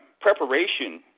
preparation